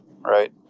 right